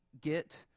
get